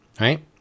Right